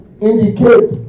indicate